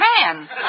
man